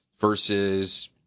versus